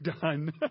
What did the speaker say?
done